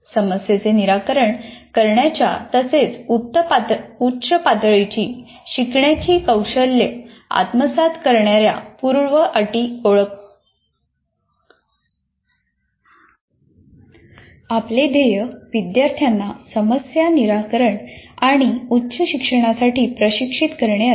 समस्येचे निराकरण करण्याच्या तसेच उच्च पातळीची शिकण्याची कौशल्य आत्मसात करण्याच्या पूर्वअटी आपले ध्येय विद्यार्थ्यांना समस्या निराकरण आणि उच्च शिक्षणासाठी प्रशिक्षित करणे असते